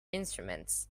instruments